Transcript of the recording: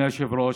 אדוני היושב-ראש,